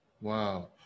Wow